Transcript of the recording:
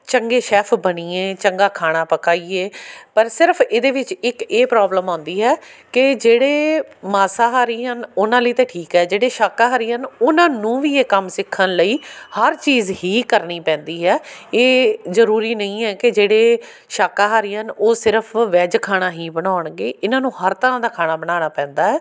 ਚੰਗੇ ਸ਼ੈੱਫ ਬਣੀਏ ਚੰਗਾ ਖਾਣਾ ਪਕਾਈਏ ਪਰ ਸਿਰਫ਼ ਇਹਦੇ ਵਿੱਚ ਇੱਕ ਇਹ ਪ੍ਰੋਬਲਮ ਆਉਂਦੀ ਹੈ ਕਿ ਜਿਹੜੇ ਮਾਸਾਹਾਰੀ ਹਨ ਉਹਨਾਂ ਲਈ ਤਾਂ ਠੀਕ ਹੈ ਜਿਹੜੇ ਸ਼ਾਕਾਹਾਰੀ ਹਨ ਉਹਨਾਂ ਨੂੰ ਵੀ ਇਹ ਕੰਮ ਸਿੱਖਣ ਲਈ ਹਰ ਚੀਜ਼ ਹੀ ਕਰਨੀ ਪੈਂਦੀ ਹੈ ਇਹ ਜ਼ਰੂਰੀ ਨਹੀਂ ਹੈ ਕਿ ਜਿਹੜੇ ਸ਼ਾਕਾਹਾਰੀ ਹਨ ਉਹ ਸਿਰਫ਼ ਵੈੱਜ ਖਾਣਾ ਹੀ ਬਣਾਉਣਗੇ ਇਹਨਾਂ ਨੂੰ ਹਰ ਤਰ੍ਹਾਂ ਦਾ ਖਾਣਾ ਬਣਾਉਣਾ ਪੈਂਦਾ ਹੈ